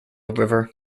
river